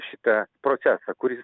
šitą procesą kuri